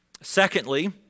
Secondly